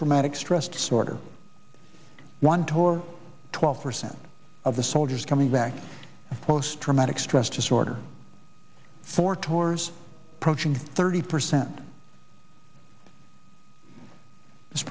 traumatic stress disorder oneto twelve percent of the soldiers coming back post traumatic stress disorder for tours approaching thirty percent